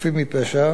חפים מפשע,